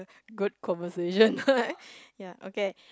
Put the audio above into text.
good conversation ya okay